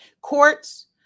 Courts